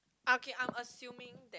okay I'm assuming